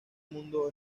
mundo